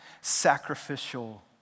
sacrificial